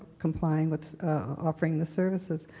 complying with offering the services.